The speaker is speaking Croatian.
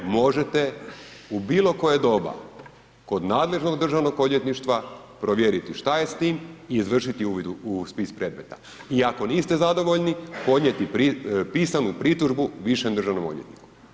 Možete u bilokoje doba kod nadležnog Državnog odvjetništva provjeriti šta je s tim i izvršiti uvid u spis predmet i ako niste zadovoljni, podnijeti pisanu pritužbu višem državnom odvjetniku.